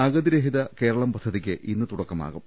അഗതിരഹിത കേരളം പദ്ധതിക്ക് ഇന്ന് തുടക്കമാകും